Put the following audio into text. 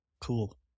Cool